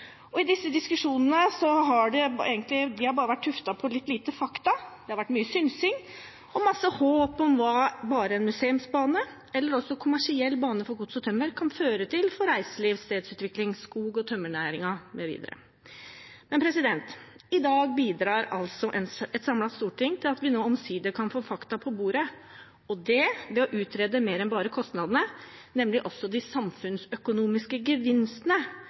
Disse diskusjonene har bare vært litt lite tuftet på fakta. Det har vært mye synsing og masse håp om hva bare en museumsbane eller også en kommersiell bane for gods og tømmer kan føre til for reiseliv, stedsutvikling, skog- og tømmernæringen mv. Men i dag bidrar altså et samlet storting til at vi nå omsider kan få fakta på bordet, og det ved å utrede mer enn bare kostnadene, nemlig også de samfunnsøkonomiske gevinstene,